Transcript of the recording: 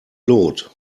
lot